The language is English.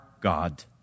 God